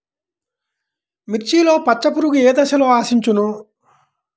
మిర్చిలో పచ్చ పురుగు ఏ దశలో ఆశించును?